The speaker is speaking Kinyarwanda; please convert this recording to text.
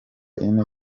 ine